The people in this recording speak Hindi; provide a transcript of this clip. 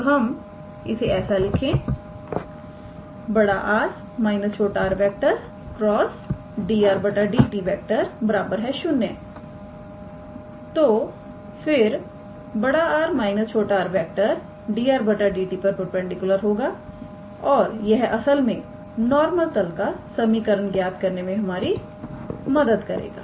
तोइसे ऐसा लिखें 𝑅⃗ − 𝑟⃗ × 𝑑 𝑟⃗ 𝑑𝑡 0फिर 𝑅⃗ − 𝑟⃗ 𝑑 𝑟⃗ 𝑑𝑡 पर परपेंडिकुलर होगा और यह असल में नॉर्मल तल का समीकरण ज्ञात करने में हमारी मदद करेगा